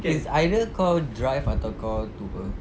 it's either kau drive atau kau took a